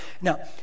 Now